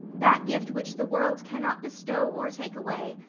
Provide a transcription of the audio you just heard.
that gift which the world cannot bestow or take away,